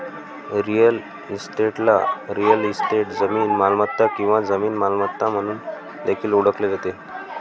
real इस्टेटला real estate, जमीन मालमत्ता किंवा जमीन मालमत्ता म्हणून देखील ओळखले जाते